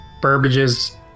Burbage's